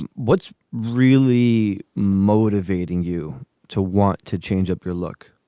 and what's really motivating you to want to change up your look